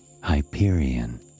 Hyperion